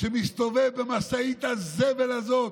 כשמסתובב במשאית הזבל הזאת,